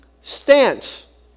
stance